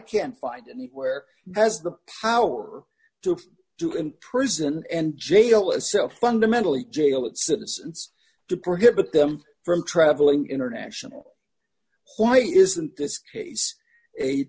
can't find anywhere has the power to do in prison and jail itself fundamentally jail its citizens to prohibit them from traveling internationally why isn't this case